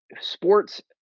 Sports